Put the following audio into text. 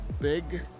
big